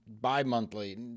bi-monthly